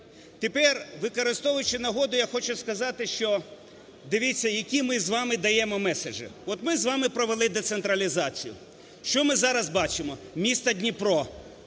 Тепер, використовую чи нагоду, я хочу сказати, що, дивіться, які ми з вами даємо меседжі. От ми з вами провели децентралізацію. Що ми зараз бачимо? Місто Дніпро,